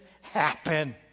happen